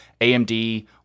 amd